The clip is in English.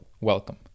welcome